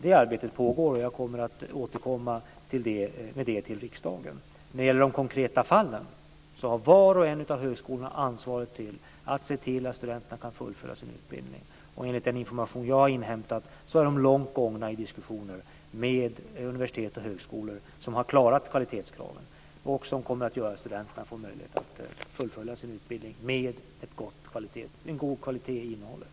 Det arbetet pågår, och jag återkommer till riksdagen med det. När det gäller de konkreta fallen har var och en av högskolorna ansvaret att se till att studenterna kan fullfölja sin utbildning. Enligt den information jag har inhämtat har det varit långt gångna diskussioner med universitet och högskolor som har klarat kvalitetskraven så att studenterna har kunnat fullfölja sin utbildning med en god kvalitet i innehållet.